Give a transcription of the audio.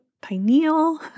pineal